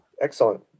Excellent